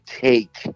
take